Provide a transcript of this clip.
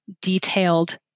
detailed